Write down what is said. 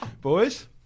Boys